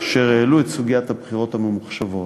אשר העלו את סוגיית הבחירות הממוחשבות,